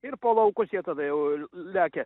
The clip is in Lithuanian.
ir palaukus jie tada jau lekia